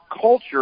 culture